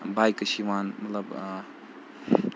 بایکہٕ چھِ یِوان مطلب